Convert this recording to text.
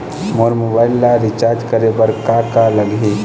मोर mobile ला recharge करे बर का का लगही?